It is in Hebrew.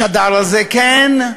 השדר הזה, כן,